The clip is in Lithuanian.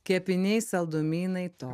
kepiniai saldumynai to